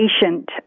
patient